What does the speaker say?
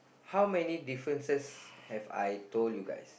how many differences have I told you guys